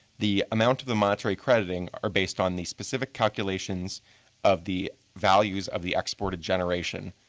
the amount of the monetary crediting are based on the specific calculations of the values of the exported generation,